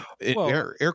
air